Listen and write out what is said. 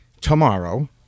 tomorrow